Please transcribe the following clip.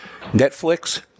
Netflix